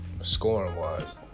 Scoring-wise